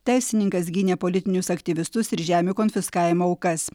teisininkas gynė politinius aktyvistus ir žemių konfiskavimo aukas